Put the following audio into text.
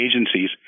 agencies